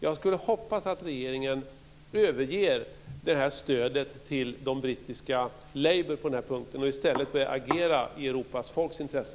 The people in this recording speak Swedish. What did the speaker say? Jag hoppas att regeringen överger stödet till det brittiska Labour på den här punkten och i stället börjar agera i Europas folks intresse.